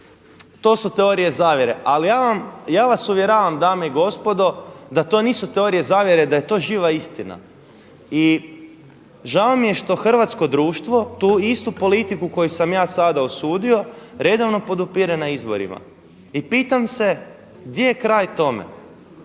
to su teorije zavjere, ali ja vas uvjeravam dame i gospodo da to nisu teorije zavjere, da je to živa istina. I žao mi je što hrvatsko društvo tu istu politiku koju sam ja sada osudio redovno podupire na izborima i pitam se gdje je kraj tome.